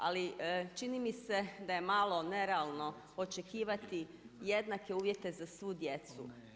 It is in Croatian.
Ali čini mi se da je malo nerealno očekivati jednake uvjete za svu djecu.